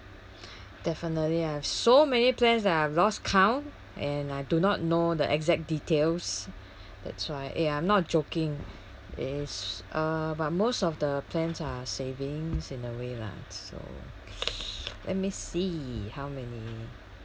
definitely I have so many plans that I've lost count and I do not know the exact details that's why eh I'm not joking it's ah but most of the plans are savings in a way lah so let me see how many